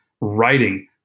writing